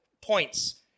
points